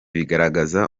bigaragaza